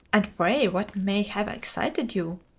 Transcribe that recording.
and pray what may have excited you?